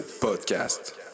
Podcast